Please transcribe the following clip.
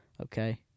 Okay